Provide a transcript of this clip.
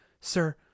Sir